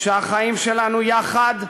שהחיים שלנו יחד,